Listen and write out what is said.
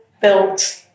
built